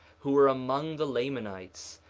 who were among the lamanites,